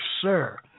Sir